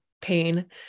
pain